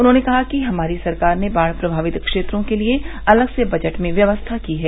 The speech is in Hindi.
उन्होंने कहा कि हमारी सरकार ने बाढ़ प्रभावित क्षेत्रों के लिए अलग से बजट में व्यवस्था की है